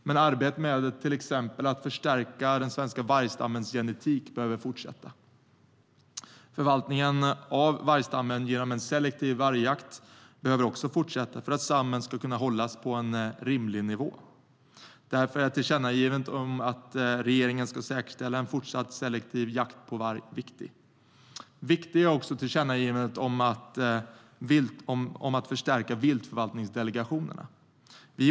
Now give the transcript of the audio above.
Men arbetet med att till exempel förstärka den svenska vargstammens genetik behöver fortsätta. Förvaltningen av vargstammen genom en selektiv jakt behöver också fortsätta för att stammen ska kunna hållas på en rimlig nivå. Därför är tillkännagivandet om att regeringen ska säkerställa en fortsatt selektiv jakt på varg viktigt. Även tillkännagivandet om att förstärka viltförvaltningsdelegationerna är viktigt.